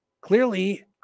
Clearly